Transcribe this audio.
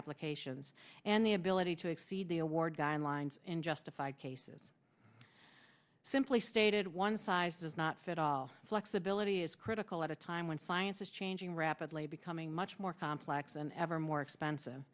applications and the ability to exceed the award guidelines in justified cases simply stated one size does not fit all flexibility is critical at a time when science is changing rapidly becoming much more complex than ever more expensive